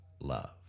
love